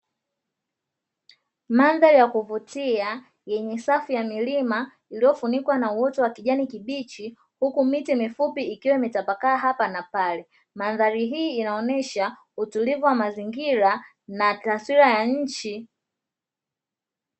Mandhari ya kuvutia yenye safu ya milima iliyofunikwa na uoto wa kijani kibichi huku miti mifupi ikiwa imetapakaa hapa na pale. Mandhari hii inaonesha utulivu wa mazingira na taswira ya nchi.